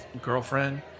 girlfriend